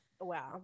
Wow